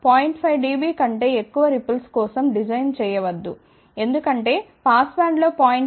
5 dB కంటే ఎక్కువ ripples కోసం డిజైన్ చేయవద్దు ఎందుకంటే పాస్ బ్యాండ్లో 0